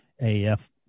AF